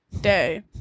day